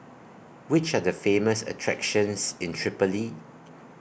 Which Are The Famous attractions in Tripoli